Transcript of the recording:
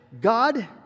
God